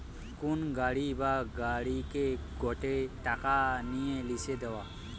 কোন বাড়ি বা গাড়িকে গটে টাকা নিয়ে লিসে দেওয়া